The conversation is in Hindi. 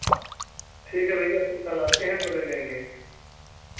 ठीक है भैया फिर कल आते हैं तो ले लेंगे